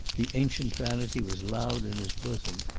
the ancient vanity was loud in his bosom.